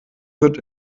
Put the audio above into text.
wird